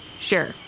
Sure